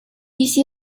一些